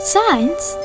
Science